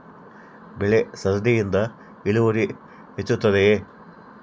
ಬೆಳೆ ಸರದಿಯಿಂದ ಇಳುವರಿ ಹೆಚ್ಚುತ್ತದೆಯೇ?